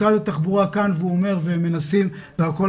משרד התחבורה כאן והוא אומר ומנסים והכול,